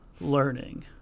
Learning